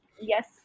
Yes